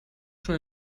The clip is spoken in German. schon